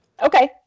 Okay